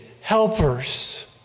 helpers